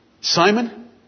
Simon